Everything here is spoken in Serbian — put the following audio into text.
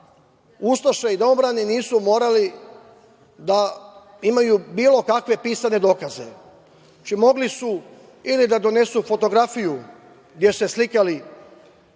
ustaše i domobrani nisu morali da imaju bilo kakve pisane dokaze. Znači, mogli su ili da donesu fotografiju gde su se slikali